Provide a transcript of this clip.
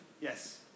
yes